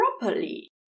properly